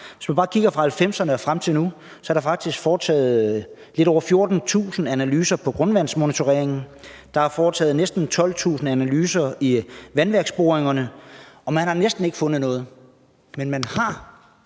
hvis man bare kigger på 1990'erne og frem til nu, er der faktisk blevet foretaget lidt over 14.000 analyser i forbindelse med grundvandsmonitoreringen, og der er foretaget næsten 12.000 analyser i vandværksboringerne, og man har næsten ikke fundet noget, men man har